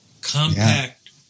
compact